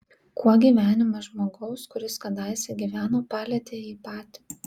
kuo gyvenimas žmogaus kuris kadaise gyveno palietė jį patį